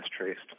traced